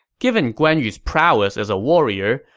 given guan yu's prowess as a warrior,